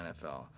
NFL